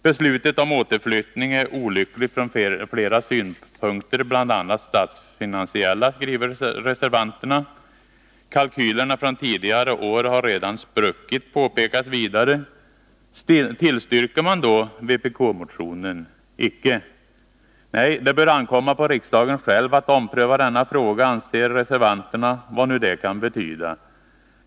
Beslutet om återflyttning är olyckligt från flera synpunkter, bl.a. statsfinansiella, skriver reservanterna. Kalkylerna från tidigare år har redan spruckit, påpekas vidare. Tillstyrker man då vpk-motionen? Icke! Det bör ankomma på riksdagen själv att ompröva denna fråga, anför reservanterna, vad nu det kan betyda.